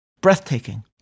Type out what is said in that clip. breathtaking